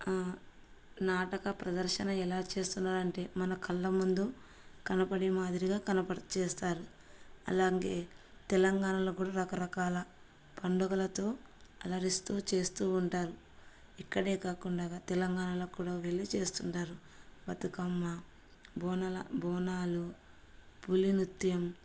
నాటక ప్రదర్శన ఎలా చేస్తున్నారంటే మన కళ్ళ ముందు కనపడే మాదిరిగా కనపడి చేస్తారు అలాగే తెలంగాణలో కూడా రకరకాల పండుగలతో అలరిస్తూ చేస్తూ ఉంటారు ఇక్కడే కాకుండా తెలంగాణలో కూడా వెళ్లి చేస్తుంటారు బతుకమ్మ బోనల బోనాలు పులి నృత్యం